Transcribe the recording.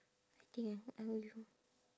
I think ah I go before